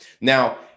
Now